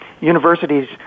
universities